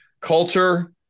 Culture